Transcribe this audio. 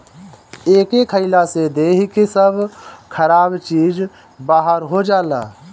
एके खइला से देहि के सब खराब चीज बहार हो जाला